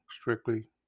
strictly